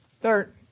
Third